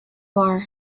bar